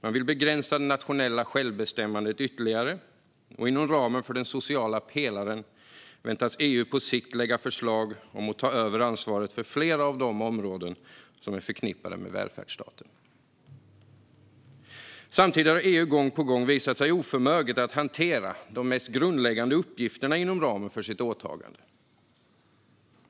Man vill begränsa det nationella självbestämmandet ytterligare, och inom ramen för den sociala pelaren väntas EU på sikt att lägga fram förslag om att ta över ansvaret för flera av de områden som är förknippade med välfärdsstaten. Samtidigt har EU gång på gång visat sig oförmöget att hantera de mest grundläggande uppgifterna inom ramen för sitt åtagande.